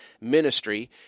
ministry